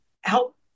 help